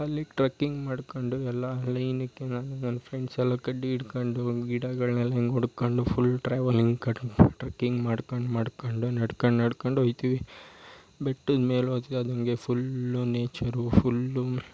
ಅಲ್ಲಿ ಟ್ರಕ್ಕಿಂಗ್ ಮಾಡಿಕೊಂಡು ಎಲ್ಲ ಲೈನ್ಗೆ ನಾನು ನನ್ನ ಫ್ರೆಂಡ್ಸೆಲ್ಲ ಕಡ್ಡಿ ಇಡ್ಕೊಂಡು ಗಿಡಗಳನ್ನೆಲ್ಲ ಹಿಂಗೆ ಹಿಡ್ಕೊಂಡು ಫುಲ್ ಟ್ರಾವೆಲಿಂಗ್ ಟ್ರಕ್ಕಿಂಗ್ ಮಾಡ್ಕೊಂಡು ಮಾಡ್ಕೊಂಡು ನಡ್ಕೊಂಡು ನಡ್ಕೊಂಡು ಹೋಗ್ತೀವಿ ಬೆಟ್ಟದ ಮೇಲೆ ಹೋದ್ವಿ ಆದಂತೆ ಫುಲ್ಲು ನೇಚರು ಫುಲ್ಲು